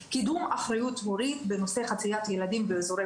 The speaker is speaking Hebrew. קידום אחריות הורית בנושא חציית ילדים באזורי